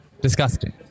Disgusting